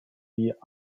wie